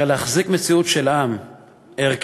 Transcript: הרי להחזיק מציאות של עם ערכי,